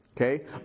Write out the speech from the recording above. Okay